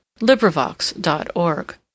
LibriVox.org